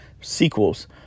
sequels